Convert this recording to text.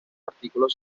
artículos